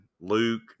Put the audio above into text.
Luke